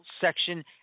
section